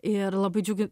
ir labai džiugi